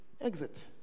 Exit